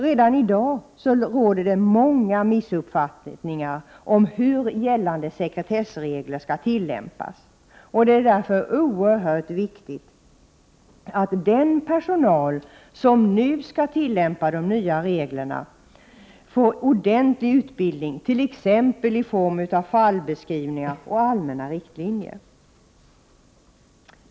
Redan i dag råder det många missuppfattningar om hur gällande sekretessregler skall tillämpas, och det är därför oerhört viktigt att den personal som nu skall tillämpa de nya reglerna får ordentlig utbildning, t.ex. i form av fallbeskrivningar och allmänna riktlinjer.